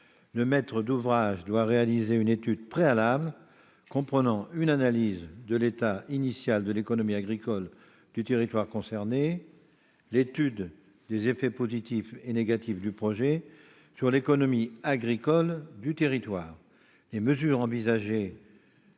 le maître d'ouvrage doit réaliser une étude préalable comprenant une analyse de l'état initial de l'économie agricole du territoire concerné, l'étude des effets positifs et négatifs du projet sur cette économie et les mesures envisagées